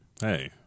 Hey